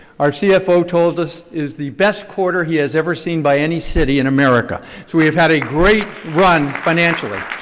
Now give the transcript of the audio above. our cfo told us is the best quarter he has ever seen by any city in america. so we have had a great run financially.